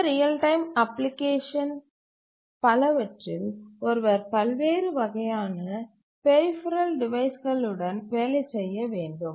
இந்த real time application பலவற்றில் ஒருவர் பல்வேறு வகையான பெரிஃபெரல் டிவைஸ்களுடன் வேலை செய்ய வேண்டும்